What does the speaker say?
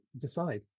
decide